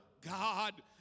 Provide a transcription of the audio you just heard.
God